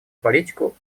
политику